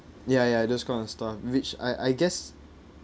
ya ya those kind of stuff which I I guess